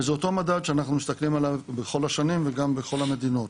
וזה אותו מדד שאנחנו מסתכלים עליו בכל השנים וגם בכל המדינות.